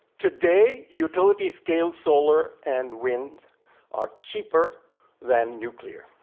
today, utility scale, solar, and wind are cheaper than nuclear